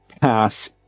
pass